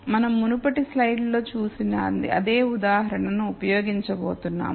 మనం మునుపటి స్లైడ్లలో చూసిన అదే ఉదాహరణను ఉపయోగించబోతున్నాము